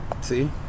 see